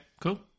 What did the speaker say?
cool